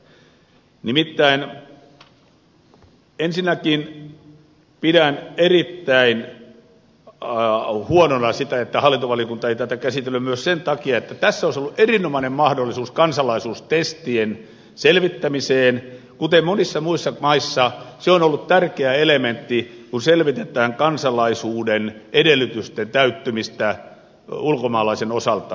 nimittäin ensinnäkin pidän erittäin huonona sitä että hallintovaliokunta ei tätä käsitellyt myös sen takia että tässä olisi ollut erinomainen mahdollisuus kansalaisuustestien selvittämiseen kuten monissa muissa maissa se on ollut tärkeä elementti kun selvitetään kansalaisuuden edellytysten täyttymistä ulkomaalaisen osalta